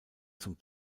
zum